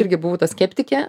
irgi buvau ta skeptikė